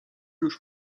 już